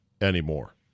anymore